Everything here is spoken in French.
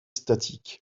statiques